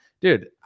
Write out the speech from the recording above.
dude